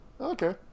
Okay